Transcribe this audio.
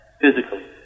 physically